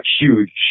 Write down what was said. huge